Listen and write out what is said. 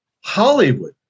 Hollywood